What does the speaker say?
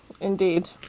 Indeed